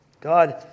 God